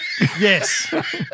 Yes